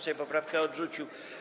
Sejm poprawkę odrzucił.